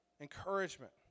encouragement